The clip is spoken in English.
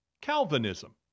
Calvinism